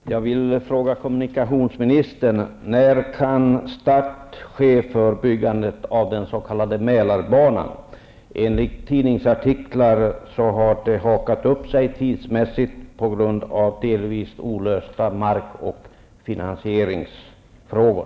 Herr talman! Jag vill fråga kommunikationsministern när start kan ske för byggandet av den s.k. Mälarbanan. Enligt tidningsartiklar har det hakat upp sig tidsmässigt på grund av delvis olösta mark och finansieringsfrågor.